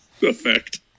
Effect